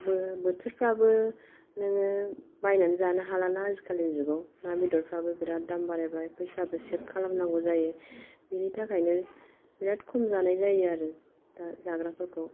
बो बोथोरफ्राबो नोङो बायनानै जानो हालाना आजिखालिनि जुगाव ना बेदरफ्राबो बेराद दाम बारायबाय फैसाबो सेभ खालामनांगौ जायो बिनि थाखायनो बिराद खम जानाय जायो आरो दा जाग्राफोरखौ